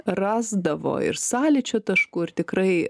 rasdavo ir sąlyčio taškų ir tikrai